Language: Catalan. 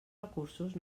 recursos